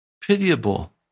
pitiable